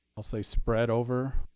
i'll say, spread over